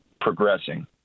progressing